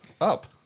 Up